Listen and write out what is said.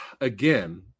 again